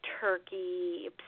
Turkey